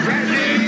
Ready